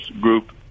group